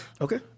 Okay